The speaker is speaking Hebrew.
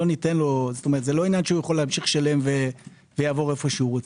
זה לא עניין שיכול להמשיך לשלם ויעבור איפה שהוא רוצה.